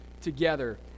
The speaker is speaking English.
together